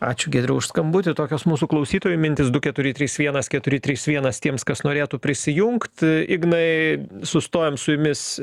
ačiū giedriau už skambutį tokios mūsų klausytojų mintys du keturi trys vienas keturi trys vienas tiems kas norėtų prisijungt ignai sustojom su jumis